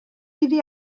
iddi